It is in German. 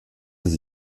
des